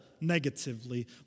negatively